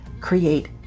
create